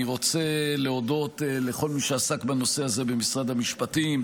אני רוצה להודות לכל מי שעסק בנושא הזה במשרד המשפטים,